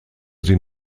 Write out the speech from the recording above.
sie